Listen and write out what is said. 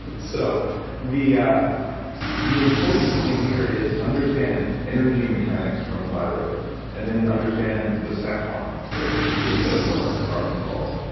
so the ah the important thing here is understand energy mechanics from thyroid and then understand the sex hormones here and see if those are are involved.